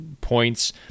points